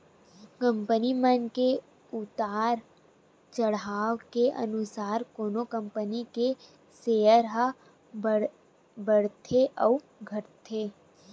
company मन के उतार चड़हाव के अनुसार कोनो कंपनी के सेयर ह बड़थे अउ चढ़थे